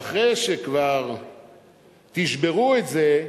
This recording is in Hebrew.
ואחרי שכבר תשברו את זה,